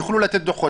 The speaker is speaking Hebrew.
יוכלו לתת דוחות,